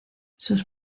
sus